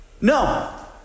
No